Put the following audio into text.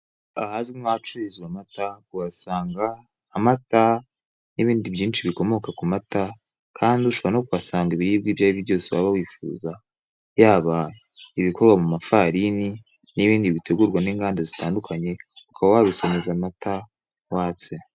Ahazwi nk'ahacururizwa amata, uhasanga amata n'ibindi byinshi bikomoka ku mata, kandi ushobora no kuhasanga ibiribwa ibyo ari byo byose waba wifuza. Yaba ibikorwa mu mafarini, n'ibindi bitegurwa n'inganda zitandukanye, ukaba wabisomeza amata watse.